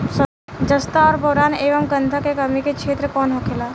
जस्ता और बोरान एंव गंधक के कमी के क्षेत्र कौन होखेला?